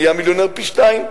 נהיה מיליונר פי-שניים.